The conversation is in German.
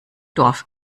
dorf